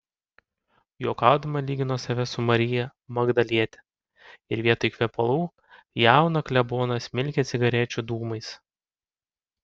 juokaudama lygino save su marija magdaliete ir vietoj kvepalų jauną kleboną smilkė cigarečių dūmais